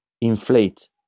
inflate